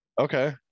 Okay